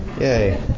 Yay